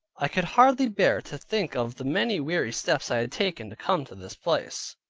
i could hardly bear to think of the many weary steps i had taken, to come to this place.